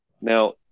Now